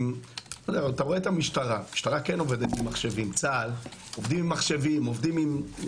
לעומת המשטרה וצה"ל שכן עובדים עם מחשבים.